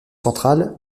centrales